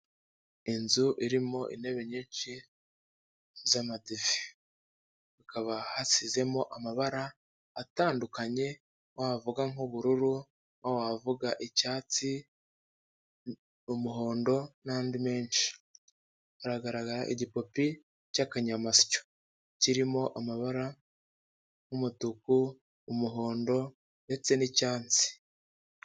Inzu irimo intebe nyinshi z'amadifi hakaba hasizemo amabara atandukanye wavuga nk'ubururu wavuga icyatsi, umuhondo n'andi menshi. Hagaragara igipupe cy'akanyamasyo kirimo amabara n'umutuku, umuhondo ndetse n'icyatsi.